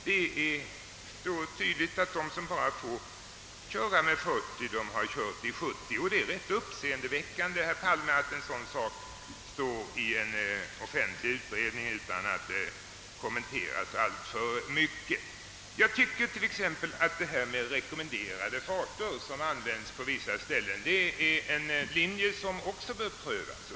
Det är då tydligt att de som bara får köra i 40 har kört i 70. Det är rätt uppseendeväckande att en sådan sak står i en offentlig utredning, utan att det väckt särskilt stor uppmärksamhet. Jag tycker att systemet med rekommenderade farter som används på vissa ställen är något som också bör prövas.